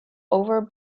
over